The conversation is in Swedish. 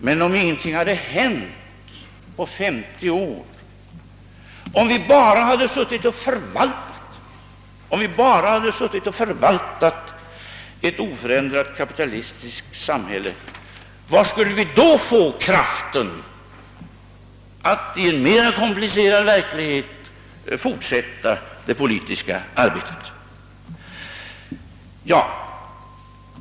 Men om ingenting hade hänt på 50 år, om vi bara suttit och förvaltat ett oförändrat kapitalistiskt samhälle, varifrån skulle vi då få kraft att i en mera komplicerad verklighet fortsätta det politiska arbetet?